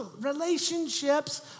Relationships